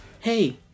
Hey